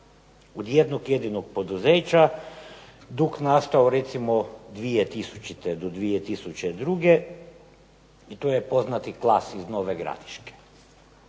od jednog jedinog poduzeća, dok nastao recimo 2000. do 2002. i to je poznati "Klas" iz Nove Gradiške.